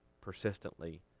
persistently